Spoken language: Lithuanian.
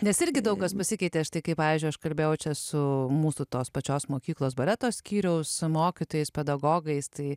nes irgi daug kas pasikeitė aš tai kaip pavyzdžiui aš kalbėjau čia su mūsų tos pačios mokyklos baleto skyriaus mokytojais pedagogais tai